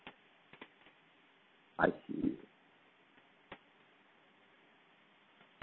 I see